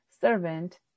servant